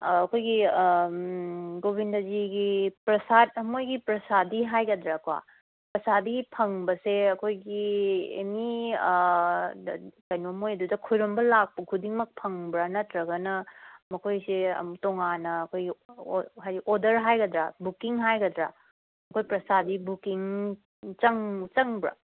ꯑꯩꯈꯣꯏꯒꯤ ꯒꯣꯚꯤꯟꯗꯖꯤꯒꯤ ꯄ꯭ꯔꯁꯥꯠ ꯃꯣꯏꯒꯤ ꯄ꯭ꯔꯁꯥꯗꯤ ꯍꯥꯏꯒꯗ꯭ꯔꯀꯣ ꯄ꯭ꯔꯁꯥꯗꯤ ꯐꯪꯕꯁꯦ ꯑꯩꯈꯣꯏꯒꯤ ꯑꯦꯅꯤ ꯀꯩꯅꯣ ꯃꯣꯏꯗꯨꯗ ꯈꯣꯏꯔꯝꯕ ꯂꯥꯛꯄ ꯈꯨꯗꯤꯡꯃꯛ ꯐꯪꯕ꯭ꯔ ꯅꯠꯇ꯭ꯔꯒꯅ ꯃꯈꯣꯏꯁꯦ ꯑꯃꯨꯛ ꯇꯣꯉꯥꯟꯅ ꯑꯩꯈꯣꯏꯒꯤ ꯑꯣꯔꯗꯔ ꯍꯥꯏꯒꯗ꯭ꯔ ꯕꯨꯛꯀꯤꯡ ꯍꯥꯏꯒꯗ꯭ꯔ ꯑꯩꯈꯣꯏ ꯄ꯭ꯔꯁꯥꯗꯤ ꯕꯨꯛꯀꯤꯡ ꯆꯪꯕ꯭ꯔꯣ